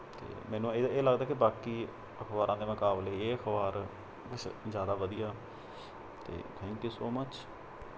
ਅਤੇ ਮੈਨੂੰ ਇਹ ਇਹ ਲੱਗਦਾ ਕਿ ਬਾਕੀ ਅਖਬਾਰਾਂ ਦੇ ਮੁਕਾਬਲੇ ਇਹ ਅਖਬਾਰ ਸ ਜ਼ਿਆਦਾ ਵਧੀਆ ਅਤੇ ਥੈਂਕ ਯੂ ਸੋ ਮਚ